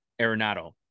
Arenado